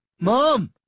mom